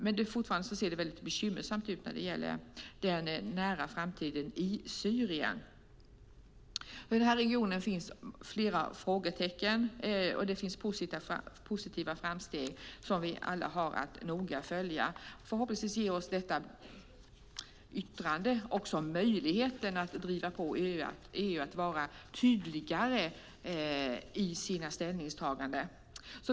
Det ser fortfarande bekymmersamt ut när det gäller den nära framtiden i Syrien. Det finns flera frågetecken för den här regionen, och det finns positiva framsteg som vi alla har att noga följa. Förhoppningsvis ger detta yttrande oss möjlighet att driva på EU att vara tydligare i sina ställningstaganden.